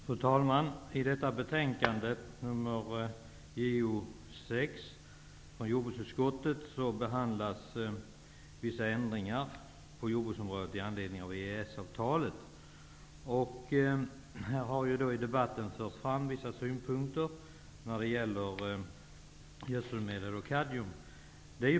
Fru talman! I detta betänkande, JoU6, behandlas vissa ändringar på jordbruksområdet i anledning av EES-avtalet. Här har i debatten anförts vissa synpunkter när det gäller gödselmedel och kadmium.